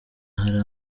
hari